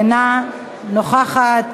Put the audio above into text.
אינה נוכחת,